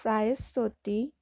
फायस सोती